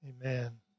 Amen